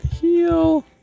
heal